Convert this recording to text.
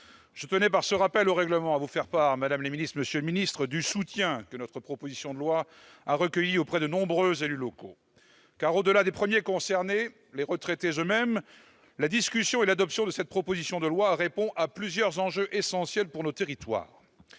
Je tiens, par ce rappel au règlement, à vous faire part, madame la ministre, monsieur le secrétaire d'État, du soutien que notre proposition de loi a recueilli auprès de nombreux élus locaux. Car, au-delà des premiers concernés, les retraités eux-mêmes, la discussion et l'adoption de ce texte répondraient à plusieurs enjeux essentiels pour nos territoires.